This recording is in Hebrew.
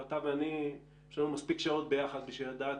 אתה ואני ישבנו מספיק שעות ביחד בשביל לדעת